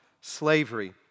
slavery